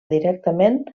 directament